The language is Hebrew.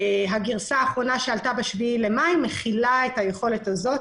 הגרסה האחרונה שעלתה ב-7 במאי מכילה את היכולת הזו.